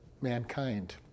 mankind